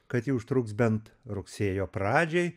kad ji užtruks bent rugsėjo pradžiai